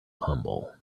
humble